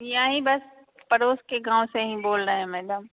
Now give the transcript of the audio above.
यहीं बस पड़ोस के गाँव से ही बोल रहें है मैडम